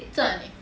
在哪里